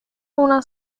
una